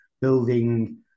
building